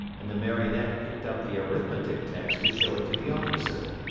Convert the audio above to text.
and the marionette picked up the arithmetic text to show it to the officer.